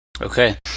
Okay